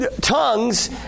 tongues